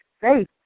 faith